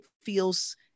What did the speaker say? feels